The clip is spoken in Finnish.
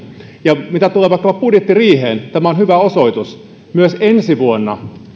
ja mitä tulee vaikkapa budjettiriiheen tämä on hyvä osoitus myös ensi vuonna